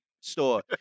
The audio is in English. store